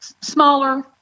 smaller